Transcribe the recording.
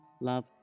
Love